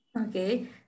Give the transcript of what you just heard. Okay